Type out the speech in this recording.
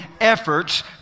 efforts